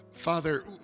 Father